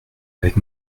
avec